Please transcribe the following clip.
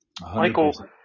Michael